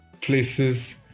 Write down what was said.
places